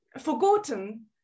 forgotten